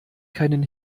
keinen